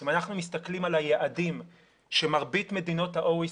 אם אנחנו מסתכלים על היעדים שמרבית מדינות ה-OECD,